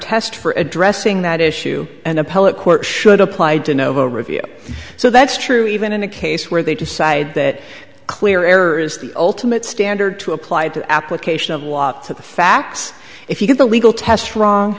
test for addressing that issue an appellate court should applied to novo review so that's true even in a case where they decide that clear error is the ultimate standard to apply to application of walk to the facts if you can the legal test wrong